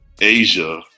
Asia